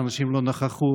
שאנשים לא נכחו,